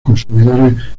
consumidores